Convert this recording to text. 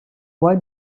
why